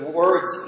words